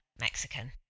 Mexican